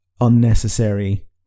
unnecessary